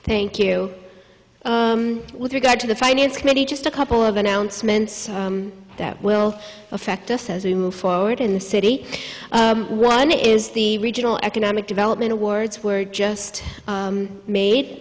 thank you with regard to the finance committee just a couple of announcements that will affect us as we move forward in the city one is the regional economic development awards were just made